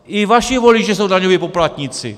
I vaši voliči jsou daňoví poplatníci.